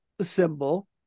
symbol